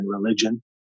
religion